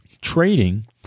Trading